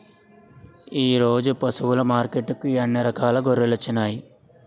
ఈరోజు పశువులు మార్కెట్టుకి అన్ని రకాల గొర్రెలొచ్చినాయ్